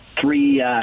three